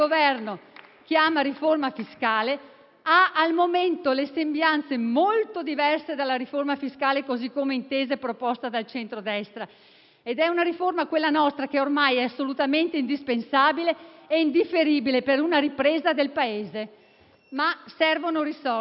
chiama riforma fiscale ha al momento sembianze molto diverse dalla riforma fiscale così come intesa e proposta dal centro-destra. Ed è una riforma, quella nostra, che è ormai assolutamente indispensabile e indifferibile per una ripresa del Paese, ma servono risorse.